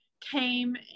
came